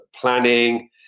planning